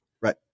right